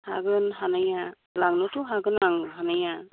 हागोन हानाया लांनोथ' हागोन आं हानाया